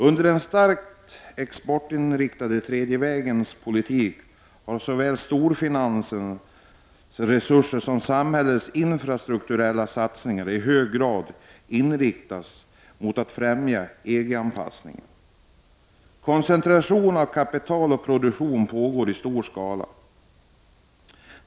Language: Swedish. Under den tid som den starkt exportinriktade tredje vägens politik förts har såväl storfinansens resurser som samhällets infrastrukturella satsningar i hög grad inriktats på ett främjande av EG-anpassningen. Koncentration av kapital och produktion pågår i stor skala.